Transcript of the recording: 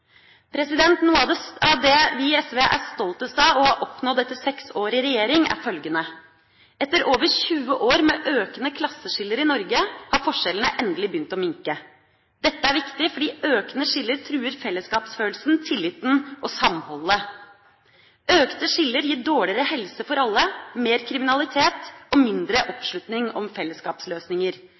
Noe av det vi i SV er stoltest av å ha oppnådd etter seks år i regjering, er følgende: Etter over 20 år med økende klasseskiller i Norge har forskjellene endelig begynt å minke. Dette er viktig, fordi økende skiller truer fellesskapsfølelsen, tilliten og samholdet. Økte skiller gir dårligere helse for alle, mer kriminalitet og mindre oppslutning om fellesskapsløsninger.